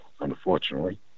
unfortunately